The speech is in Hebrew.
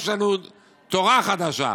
יש לנו תורה חדשה.